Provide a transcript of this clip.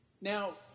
Now